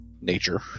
nature